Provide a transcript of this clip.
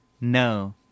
no